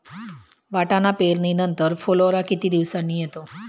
वाटाणा पेरणी नंतर फुलोरा किती दिवसांनी येतो?